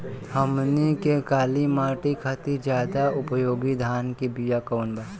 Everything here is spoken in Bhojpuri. हमनी के काली माटी खातिर ज्यादा उपयोगी धान के बिया कवन बा?